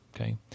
Okay